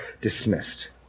dismissed